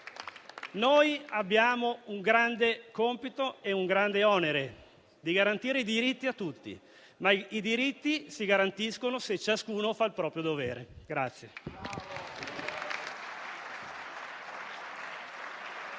noi abbiamo un grande compito ed un grande onere, garantire i diritti a tutti; i diritti si garantiscono però se ciascuno fa il proprio dovere.